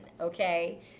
Okay